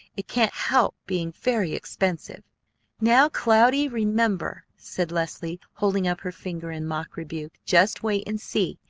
it can't help being very expensive now, cloudy, remember! said leslie, holding up her finger in mock rebuke. just wait and see!